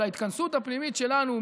אל ההתכנסות הפנימית שלנו,